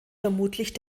vermutlich